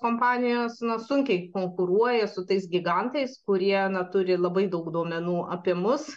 kompanijos na sunkiai konkuruoja su tais gigantais kurie na turi labai daug duomenų apie mus